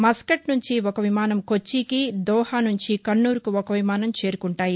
Muscat నుంచి ఒక విమానం కొచ్చికి దోహా నుంచి కన్నూర్కు ఒక విమానం చేరుకుంటాయి